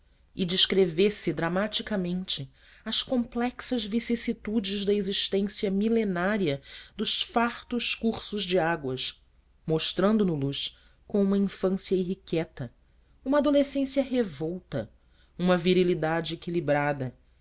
e descrevesse dramaticamente as complexas vicissitudes da existência milenária dos fartos cursos de águas mostrando no los com uma infância irrequieta uma adolescência revolta uma virilidade equilibrada